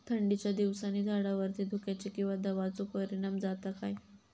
थंडीच्या दिवसानी झाडावरती धुक्याचे किंवा दवाचो परिणाम जाता काय?